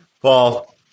Paul